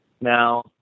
Now